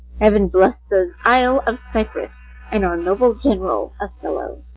heaven bless the isle of cyprus and our noble general othello!